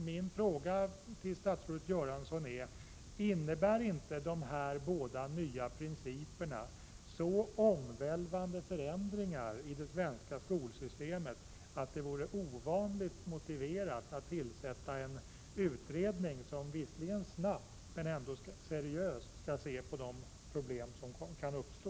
Min fråga till statsrådet Göransson lyder därför: Innebär inte dessa båda nya principer så omvälvande förändringar av det svenska skolsystemet att det vore ovanligt motiverat att tillsätta en utredning, som visserligen snabbt men ändå seriöst skall se på de problem som kan uppstå?